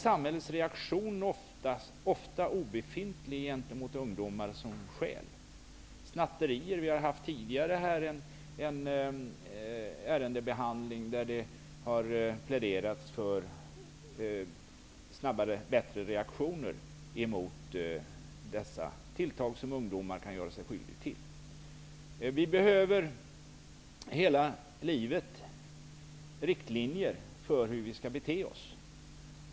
Samhällets reaktion är ofta obefintlig gentemot ungdomar som stjäl. Om snatterier har vi tidigare haft en ärendebehandling, där det har pläderats för snabbare och bättre reaktioner mot dessa tilltag som ungdomar kan göra sig skyldiga till. Vi behöver hela livet riktlinjer för hur vi skall bete oss.